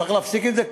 צריך להפסיק את זה?